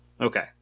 Okay